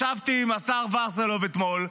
ישבתי עם השר וסרלאוף אתמול,